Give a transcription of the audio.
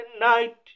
night